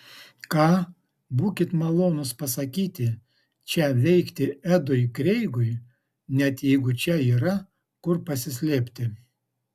ką būkit malonūs pasakyti čia veikti edui kreigui net jeigu čia yra kur pasislėpti